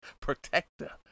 Protector